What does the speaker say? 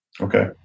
Okay